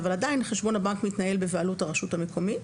חשבון הבנק מתנהל בבעלות הרשות המקומית.